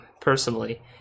personally